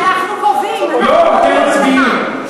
אנחנו קובעים, לא, אתם מצביעים.